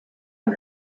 and